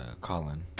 Colin